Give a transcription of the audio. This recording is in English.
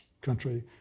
country